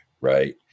right